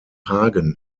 hagen